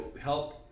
help